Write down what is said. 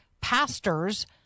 pastors